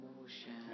motion